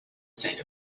saint